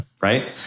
right